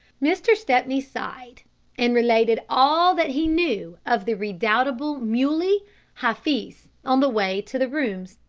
mr. stepney sighed and related all that he knew of the redoubtable muley hafiz on the way to the rooms.